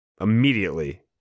immediately